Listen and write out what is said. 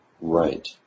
Right